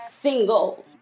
single